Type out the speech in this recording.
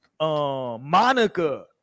Monica